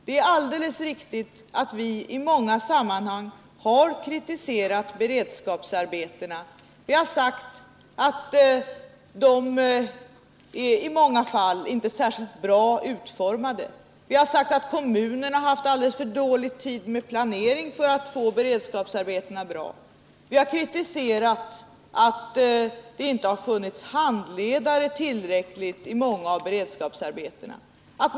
Det är alldeles riktigt, Elver Jonsson, att vi i många sammanhang har kritiserat beredskapsarbetena. Vi har sagt att de i många fall inte är särskilt bra utformade. Vi har sagt att kommunerna haft alldeles för dåligt med planeringstid för att få beredskapsarbetena bra. Vi har kritiserat att det inte funnits tillräckligt med handledare vid många av beredskapsarbetena.